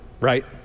right